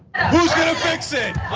who's gonna fix it?